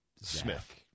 Smith